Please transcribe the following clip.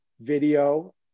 video